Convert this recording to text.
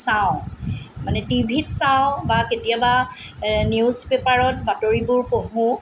চাওঁ মানে টিভিত চাওঁ বা কেতিয়াবা নিউজ পেপাৰত বাতৰিবোৰ পঢ়োঁ